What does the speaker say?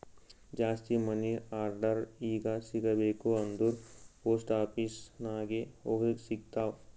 ಜಾಸ್ತಿ money order ಈಗ ಸಿಗಬೇಕ ಅಂದುರ್ ಪೋಸ್ಟ್ ಆಫೀಸ್ ನಾಗೆ ಸಿಗ್ತಾವ್